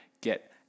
get